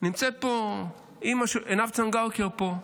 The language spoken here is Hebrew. נמצאת עינב צנגאוקר פה.